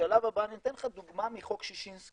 בשלב הבא, אני אתן לך דוגמה מחוק ששינסקי.